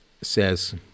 says